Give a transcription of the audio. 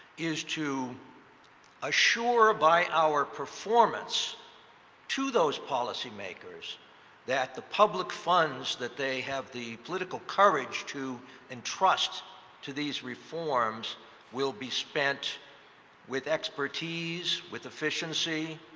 is to assure by our performance to those policymakers that the public funds that they have the political courage to entrust to these reforms will be spent with expertise, with efficiency,